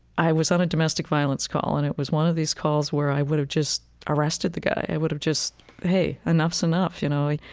i was on a domestic violence call, and it was one of these calls where i would have just arrested the guy. i would have just hey, enough's enough, you know?